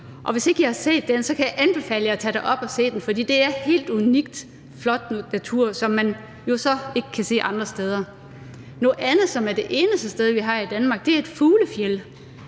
og hvis I ikke har set den, kan jeg anbefale jer at tage derop og se den, for det er helt unik, flot natur, som man jo så ikke kan se andre steder. Noget andet er, at der som det eneste sted i Danmark er et fuglefjeld,